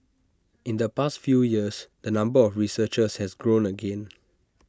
in the past few years the number of researchers has grown again